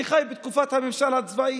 שחי בתקופת הממשל הצבאי.